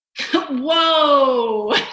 whoa